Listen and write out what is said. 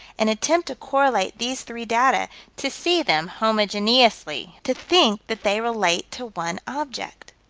and attempt to correlate these three data to see them homogeneously to think that they relate to one object.